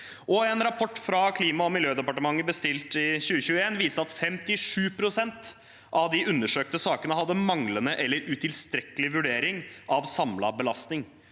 en rapport fra Klima- og miljødepartementet, som de bestilte i 2021, som viste at 57 pst. av de undersøkte sakene hadde manglende eller utilstrekkelig vurdering av samlet belastning,